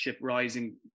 rising